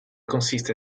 consiste